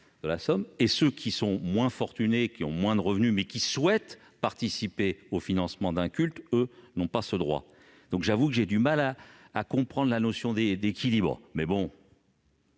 ceux qui sont moins fortunés, qui ont moins de revenus, mais qui souhaitent participer au financement d'un culte, n'ont pas ce droit ? J'avoue avoir du mal à comprendre l'équilibre dont